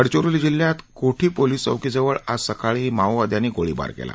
गडचिरोली जिल्ह्यात कोठी पोलीस चौकीजवळ आज सकाळी माओवाद्यांनी गोळीबार केला